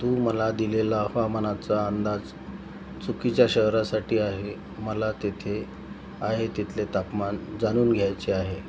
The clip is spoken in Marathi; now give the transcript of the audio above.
तू मला दिलेला हवामानाचा अंदाज चुकीच्या शहरासाठी आहे मला तेथे आहे तेथले तापमान जाणून घ्यायचे आहे